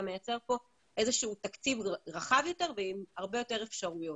מייצר תקציב רחב יותר עם הרבה יותר אפשרויות.